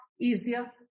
easier